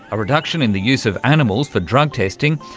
a reduction in the use of animals for drug testing,